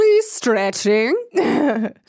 stretching